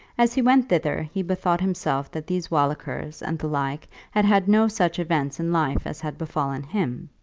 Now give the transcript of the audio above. as he went thither he bethought himself that these wallikers and the like had had no such events in life as had befallen him!